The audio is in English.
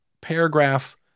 paragraph